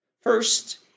First